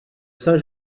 saint